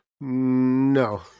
No